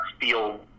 feel